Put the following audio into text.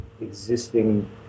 existing